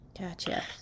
Gotcha